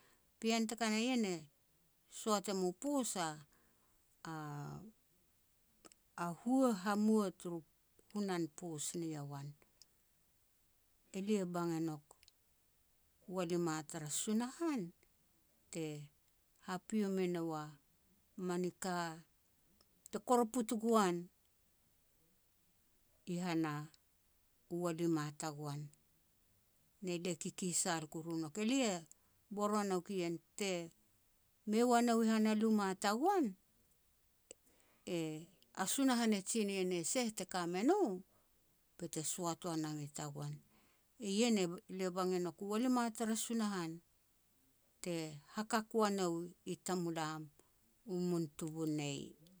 Pean teka na ien e soat em u poos, a-a-a hua hamua turu hunan poos ni yowan. Elia bang e nouk, walima tara Sunahan, te hapio me nou a mani ka te koroput goan, i han u walima tagoan, ne lia kikisal kuru nouk. Elia bor ua nouk ien te mei ua nou i han a luma tagoan, a Sunahan e tsine e ne seh te ka me no, bete soat wanam i tagoan. Ien, elia bang e nouk u walima tara Sunahan, te hakak ua nou i tamulam u mun tubunei.